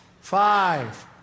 five